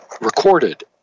recorded